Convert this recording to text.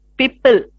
people